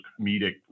comedic